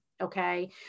okay